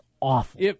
awful